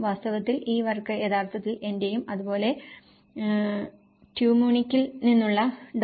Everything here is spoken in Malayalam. വാസ്തവത്തിൽ ഈ വർക്ക് യഥാർത്ഥത്തിൽ എന്റെയും അതുപോലെ ടു മ്യൂണിക്കിൽ നിന്നുള്ള ഡോ